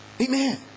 Amen